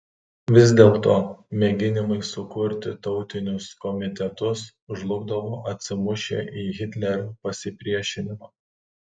vis dėlto mėginimai sukurti tautinius komitetus žlugdavo atsimušę į hitlerio pasipriešinimą